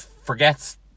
forgets